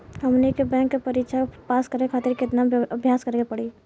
हमनी के बैंक के परीक्षा पास करे खातिर केतना अभ्यास करे के पड़ी?